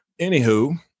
Anywho